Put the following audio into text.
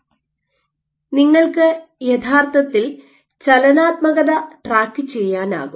Refer slide 1747 നിങ്ങൾക്ക് യഥാർത്ഥത്തിൽ ചലനാത്മകത ട്രാക്കു ചെയ്യാനാകും